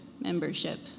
membership